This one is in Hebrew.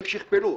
הם שכפלו.